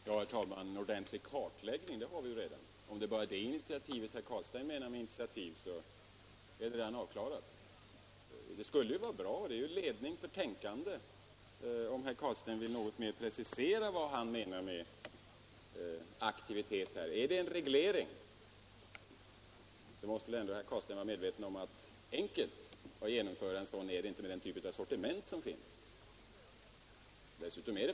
Herr talman! En ordentlig kartläggning har vi redan. Om det bara är det som herr Carlstein menar med initiativ, så är det redan avklarat. Det skulle vara bra — till ledning för tänkandet — om herr Carlstein ville något mer precisera vad han menar med aktivitet. Är det en reglering, så måste väl herr Carlstein ändå vara medveten om att enkelt är det inte att genomföra en sådan, med den typ av sortiment som finns.